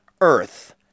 earth